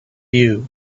you